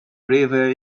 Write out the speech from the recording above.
river